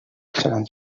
seran